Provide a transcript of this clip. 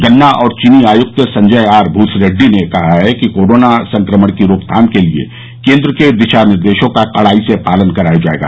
गन्ना और चीनी आयक्त संजय आर भूसरेडी ने कहा है कि कोरोना संक्रमण की रोकथाम के लिए केन्द्र के दिशा निर्देशों का कड़ाई से पालन कराया जाएगा